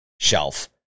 shelf